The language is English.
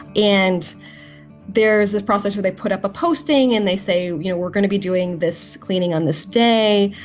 and there is that process where they put up a posting and they say, you know, we're gonna be doing this cleaning on this day.